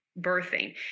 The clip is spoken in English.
birthing